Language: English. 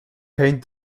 paint